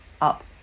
up